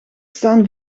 staan